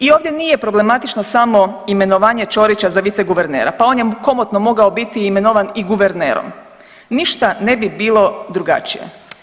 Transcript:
I ovdje nije problematično samo imenovanje Ćorića za viceguvernera, pa on je komotno mogao biti imenovan i guvernerom, ništa ne bi bilo drugačije.